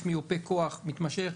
יש מיופה כוח מתמשך,